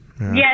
Yes